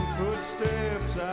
footsteps